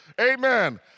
Amen